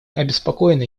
обеспокоены